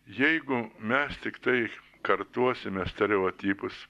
jeigu mes tiktai kartosime stereotipus